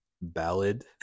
ballad